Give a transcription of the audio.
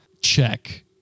check